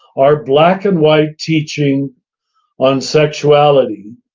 our black and white teaching on sexuality